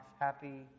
happy